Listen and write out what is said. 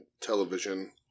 television